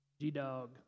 G-dog